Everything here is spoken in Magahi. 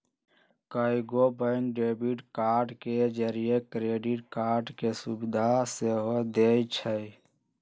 कएगो बैंक डेबिट कार्ड के जौरही क्रेडिट कार्ड के सुभिधा सेहो देइ छै